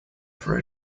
for